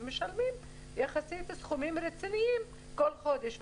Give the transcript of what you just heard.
ומשלמים יחסית סכומים רציניים כל חודש.